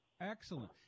Excellent